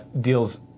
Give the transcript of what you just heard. deals